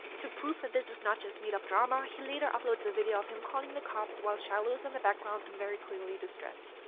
to prove that this is not just made up drama he later uploads a video of him calling the cops while shiloh is in the background and very clearly distressed.